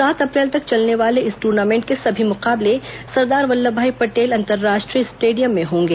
सात अप्रैल तक चलने वाले इस टूर्नामेंट के सभी मुकाबले सरदार वल्लभभाई पटेल अंतरराष्ट्रीय स्टेडियम में होंगे